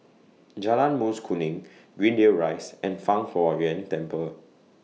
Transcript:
Jalan Mas Kuning Greendale Rise and Fang Huo Yuan Temple